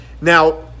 Now